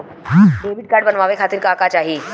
Debit card बनवावे खातिर का का चाही?